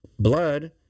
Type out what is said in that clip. Blood